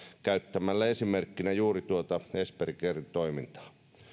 käyttämällä esimerkkinä juuri tuota esperi caren toimintaa